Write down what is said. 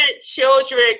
children